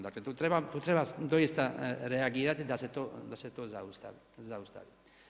Dakle, tu treba doista reagirati da se to zaustavi.